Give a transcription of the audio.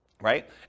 Right